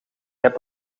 heb